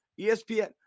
ESPN